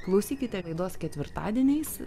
klausykite laidos ketvirtadieniais